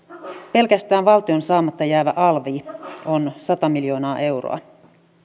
pelkästään valtion saamatta jäävä alvi on sata miljoonaa euroa